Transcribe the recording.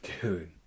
Dude